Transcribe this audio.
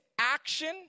action